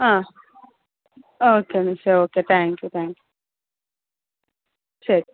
ആ ഓക്കെ മിസ്സെ okay thank you thank you ശരി